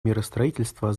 миростроительства